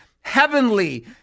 Heavenly